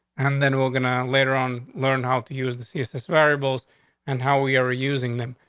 and then we're gonna later on learn how to use this thesis variables and how we're we're using them.